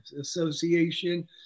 association